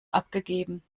abgegeben